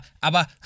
Aber